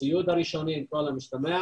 בציוד הראשוני על כל המשתמע.